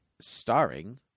starring